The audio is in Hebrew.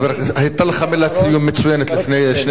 היתה לך מילת סיום מצוינת לפני שני משפטים.